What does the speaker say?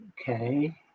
okay